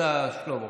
תודה, שלמה קרעי.